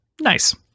Nice